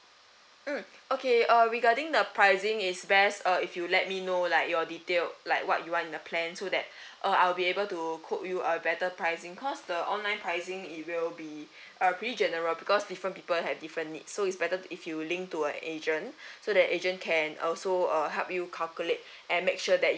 mm okay uh regarding the pricing is best uh if you let me know like your detailed like what you want in the plan so that uh I'll be able to cope you a better pricing cause the online pricing it will be a pretty general because different people have different needs so it's better to if you link toward the agent so the agent can also uh help you calculate and make sure that